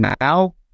now